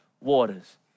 waters